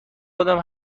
آدم